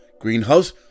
Greenhouse